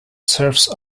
serves